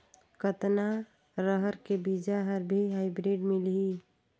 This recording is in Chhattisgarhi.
कतना रहर के बीजा हर भी हाईब्रिड मिलही?